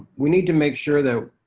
we need to make sure that